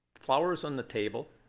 flowers on the table,